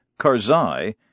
Karzai